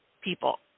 people